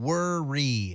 Worry